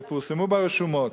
יפורסמו ברשומות.